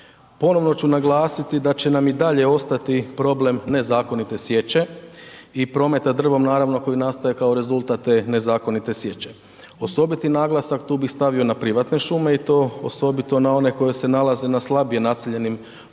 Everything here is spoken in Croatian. Ponovno ću naglasiti da će nam i dalje ostati problem nezakonite sječe i prometa drvom naravno koji nastaje kao rezultat te nezakonite sječe. Osobiti naglasak tu bih stavio na privatne šume i to osobito na one koji se nalaze na slabije naseljenim područjima